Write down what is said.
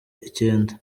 icyenda